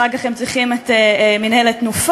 אחר כך הם צריכים את מינהלת "תנופה",